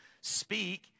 speak